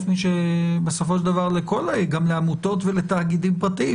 גם לעמותות ולתאגידים פרטיים,